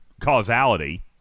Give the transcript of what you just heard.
causality